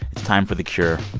it's time for the cure